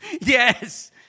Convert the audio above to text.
Yes